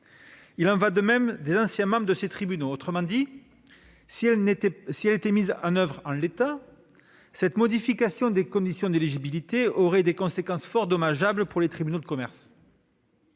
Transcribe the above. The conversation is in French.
Il en va de même des anciens membres de ces tribunaux. Autrement dit, si elle était mise en oeuvre en l'état, cette modification des conditions d'éligibilité aurait des conséquences fort dommageables pour les tribunaux de commerce.